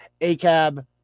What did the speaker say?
ACAB